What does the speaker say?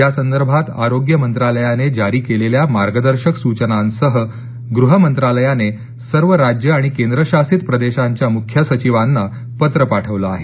यासंदर्भात आरोग्य मंत्रालयाने जारी केलेल्या मार्गदर्शक सुचनांसह गृह मंत्रालयाने सर्व राज्य आणि केंद्रशासित प्रदेशांच्या मुख्य सचिवांना पत्र पाठवल आहे